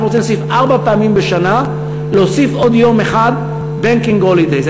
עכשיו רוצים להוסיף ארבע פעמים בשנה עוד יום אחד banking holidays.